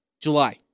July